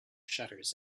shutters